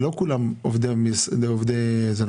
לא כולם עובדי הסניגוריה הציבורית.